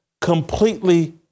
completely